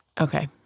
Okay